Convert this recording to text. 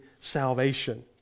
salvation